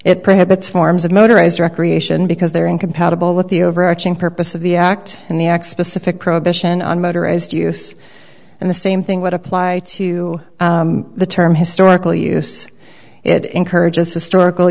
it prohibits forms of motorized recreation because they are incompatible with the overarching purpose of the act and the acts specific prohibition on motorized use and the same thing would apply to the term historical use it encourages historical